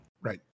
Right